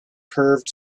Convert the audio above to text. curved